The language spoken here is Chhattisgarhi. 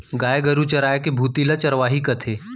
गाय गरू चराय के भुती ल चरवाही कथें